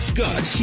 Scott